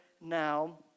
now